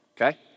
okay